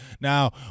Now